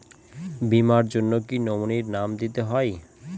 বীমার জন্য কি নমিনীর নাম দিতেই হবে?